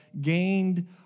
gained